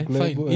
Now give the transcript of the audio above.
fine